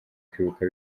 kwibuka